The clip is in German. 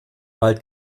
wald